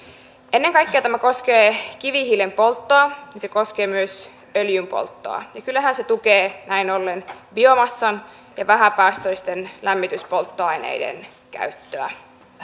ennen kaikkea tämä koskee kivihiilen polttoa se koskee myös öljyn polttoa kyllähän se tukee näin ollen biomassan ja vähäpäästöisten lämmityspolttoaineiden käyttöä